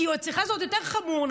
אצלך זה עוד יותר חמור,